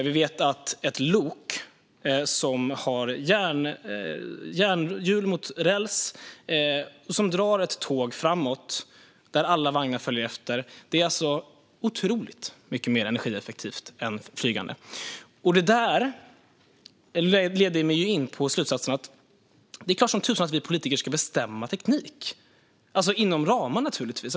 Vi vet att ett lok som har järnhjul mot räls och drar ett tåg framåt där alla vagnar följer efter är otroligt mycket mer energieffektivt än flygande. Detta leder mig till slutsatsen att det är klart som tusan att vi politiker ska bestämma teknik - inom ramar, naturligtvis.